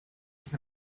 was